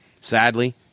sadly